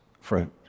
fruit